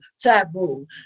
taboo